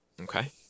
Okay